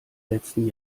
letzten